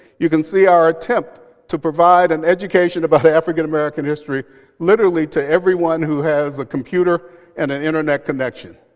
you can see our attempt to provide an education about african-american history literally to everyone who has a computer and an internet connection.